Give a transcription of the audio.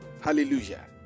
Hallelujah